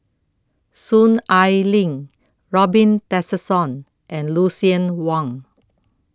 Soon Ai Ling Robin Tessensohn and Lucien Wang